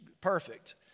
perfect